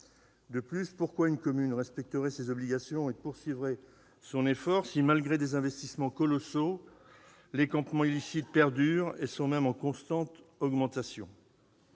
De plus, pourquoi une commune respecterait-elle ses obligations et poursuivrait-elle son effort si, malgré des investissements colossaux, les campements illicites perdurent et sont même en constante augmentation ?